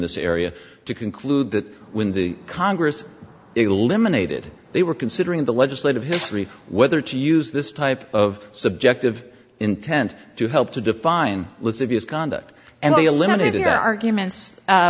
this area to conclude that when the congress eliminated they were considering the legislative history whether to use this type of subjective intent to help to define lissajous conduct and they eliminated the arguments